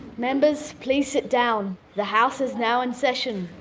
members, please sit down. the house is now in session.